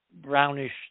brownish